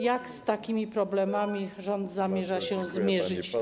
Jak z takimi problemami rząd zamierza się zmierzyć?